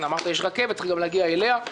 אמרת: יש רכבת, צריך גם להגיע אליה.